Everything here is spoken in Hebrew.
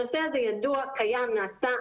הנושא הזה ידוע, קיים, נעשה.